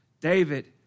David